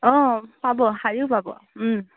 অ পাব শাৰীও পাব ওম